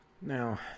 Now